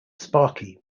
sparky